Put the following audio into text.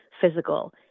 physical